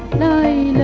nine